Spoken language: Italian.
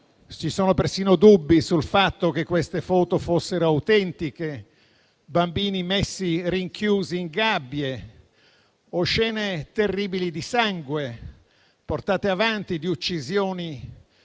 ci sono persino dubbi sul fatto che queste foto fossero autentiche - bambini rinchiusi in gabbie e scene terribili di sangue e di uccisioni,